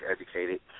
educated